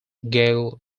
gale